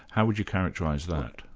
how would you characterise that?